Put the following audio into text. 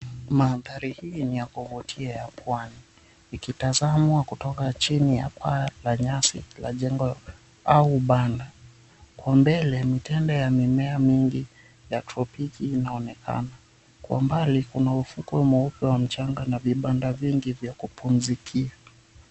Mandhari hii ni ya kuvutia ya pwani, ikitazamwa kutoka chini ya paa la nyasi la jengo au ubanda. Kwa mbele mitembe ya mimea mingi ya tropiki yanaonekana. Kwa mbali kuna ufukwe mweupe wa mchanga na vibanda vingi vya kupumzikia.